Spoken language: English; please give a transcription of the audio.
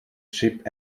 ship